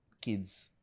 kids